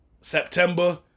September